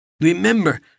Remember